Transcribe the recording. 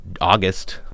August